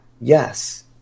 yes